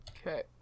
Okay